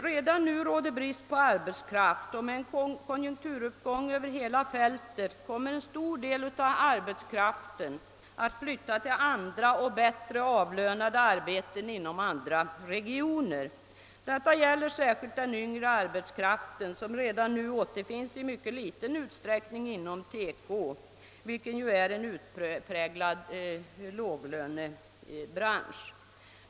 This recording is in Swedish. Redan nu råder brist på arbetskraft, och vid en allmän konjunkturuppgång kommer en stor del av arbetskraften att flytta till bättre avlönade arbeten inom andra regioner. Detta gäller särskilt den yngre arbetskraften, som redan nu återfinns i mycket liten utsträckning inom TEKO-industrin, vil ken ju är en utpräglad låglönebransch.